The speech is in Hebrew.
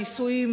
נישואים,